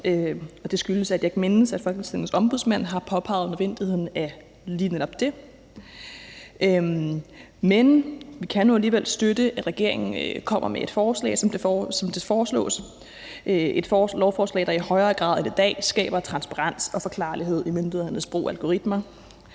Det skyldes, at jeg ikke mindes, at Folketingets Ombudsmand har påpeget nødvendigheden af lige netop det. Men vi kan nu alligevel støtte, at regeringen kommer med et forslag, som det foreslås – et lovforslag, der i højere grad end i dag skaber transparens og forklarer myndighedernes brug af algoritmer.